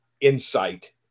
insight